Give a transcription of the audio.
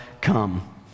come